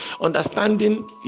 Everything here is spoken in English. understanding